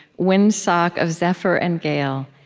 windsock of zephyr and gale,